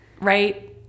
Right